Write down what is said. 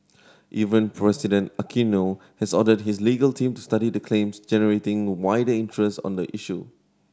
Even President Aquino has ordered his legal team to study the claims generating wider interest on the issue